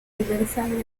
diversas